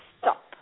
stop